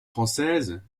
françaises